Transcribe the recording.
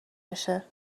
بشه